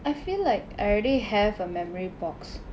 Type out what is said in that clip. I feel like I already have a memory box